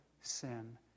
sin